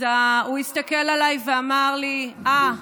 הוא הסתכל עליי ואמר לי: אה,